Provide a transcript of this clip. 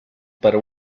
para